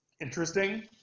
interesting